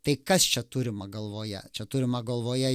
tai kas čia turima galvoje čia turima galvoje